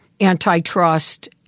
antitrust